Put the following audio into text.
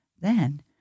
Then